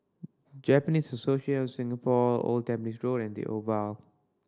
Japanese Association of Singapore Old Tampines Road and The Oval